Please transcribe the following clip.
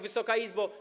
Wysoka Izbo!